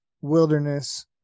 wilderness